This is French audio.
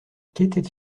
qu’était